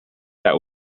that